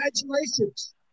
Congratulations